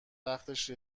وقتش